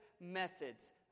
methods